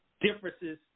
differences